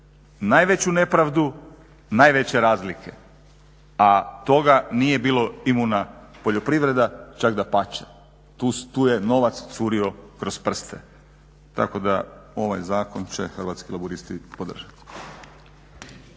najveću nepravdu, najveće razlike a toga nije bila imuna poljoprivreda, čak dapače. Tu je novac curio kroz prste tako da ovaj zakon će Hrvatski laburisti podržati.